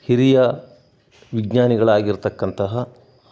ಹಿರಿಯ ವಿಜ್ಞಾನಿಗಳಾಗಿರ್ತಕ್ಕಂತಹ